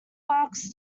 works